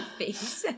face